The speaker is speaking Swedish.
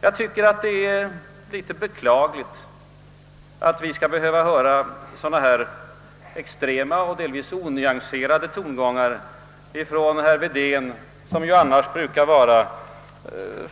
Jag tycker att det är beklagligt att vi skall behöva höra sådana här extrema och onyanserade tongångar från herr Wedén, som annars brukar vara